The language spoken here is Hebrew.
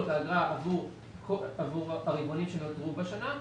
את האגרה עבור הרבעונים שנותרו בשנה.